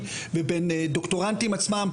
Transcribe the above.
פוסט-דוקטורנטים, ודוקטורנטים עצמם.